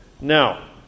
Now